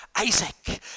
Isaac